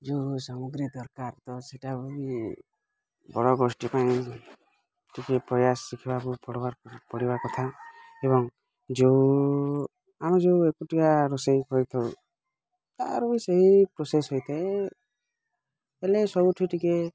ଯେଉଁ ସାମଗ୍ରୀ ଦରକାର ତ ସେଇଟା ଇଏ ବଡ଼ ଗୋଷ୍ଠୀ ପାଇଁ ଟିକେ ପ୍ରୟାସ ଶିଖିବାକୁ ପଡ଼ବାର୍ ପଡ଼ିବା କଥା ଏବଂ ଯେଉଁ ଆମେ ଯେଉଁ ଏକୁଟିଆ ରୋଷେଇ କରିଥାଉ ତା'ର ବି ସେଇ ପ୍ରୋସେସ୍ ହୋଇଥାଏ ବେଲେ ସବୁଠି ଟିକେ